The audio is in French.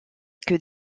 que